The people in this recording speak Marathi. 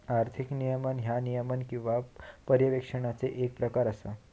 आर्थिक नियमन ह्या नियमन किंवा पर्यवेक्षणाचो येक प्रकार असा